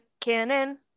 cannon